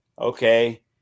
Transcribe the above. okay